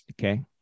Okay